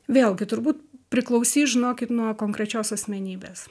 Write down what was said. vėlgi turbūt priklausys žinokit nuo konkrečios asmenybės